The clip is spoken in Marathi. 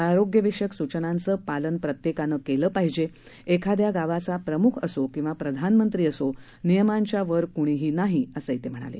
आरोग्यविषयक सुचनांचं पालन प्रत्येकानं केलं पाहिजे एखादया गावाचा प्रमुख असो किंवा प्रधानमंत्री असो नियमांच्या वर क्णीही नाही असं ते म्हणाले